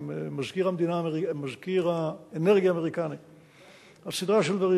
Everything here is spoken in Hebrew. מזכיר האנרגיה האמריקני על סדרה של דברים,